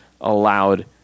allowed